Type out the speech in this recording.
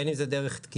בין אם זה דרך תקינה,